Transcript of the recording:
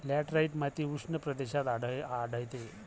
laterite माती उष्ण प्रदेशात आढळते